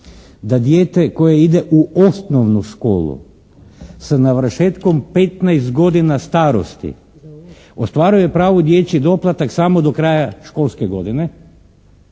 da dijete koje ide u osnovnu školu s navršetkom petnaest godina starosti ostvaruje pravo na dječji doplatak samo do kraja školske godine.